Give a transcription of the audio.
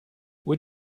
what